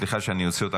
חברים.